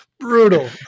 brutal